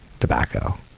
tobacco